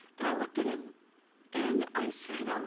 and i looked at him and i said,